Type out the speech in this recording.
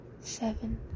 seven